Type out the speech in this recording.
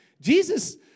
Jesus